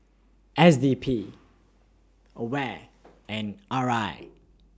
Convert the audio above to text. S D P AWARE and R I